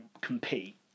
compete